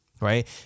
Right